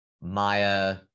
Maya